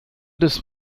des